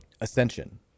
Ascension